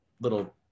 little